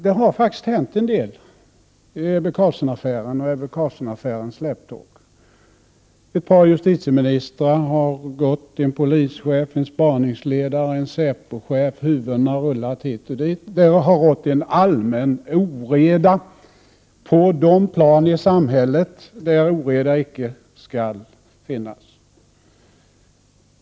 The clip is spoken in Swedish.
Det har faktiskt hänt en del i Ebbe Carlsson-affären och i dess släptåg. Ett par justitieministrar, en polischef, en spaningsledare och en säpochef har avgått. Huvudena har rullat hit och dit, och det har rått en allmän oreda på de plan i samhället där oreda icke skall finnas.